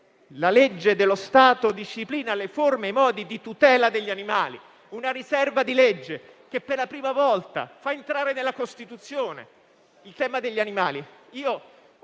La legge dello Stato disciplina le forme e i modi di tutela degli animali: una riserva di legge, che per la prima volta fa entrare nella Costituzione il tema degli animali.